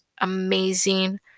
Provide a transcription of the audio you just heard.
amazing